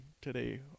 today